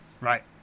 Right